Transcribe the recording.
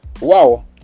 Wow